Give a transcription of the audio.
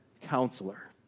counselor